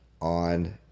on